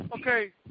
okay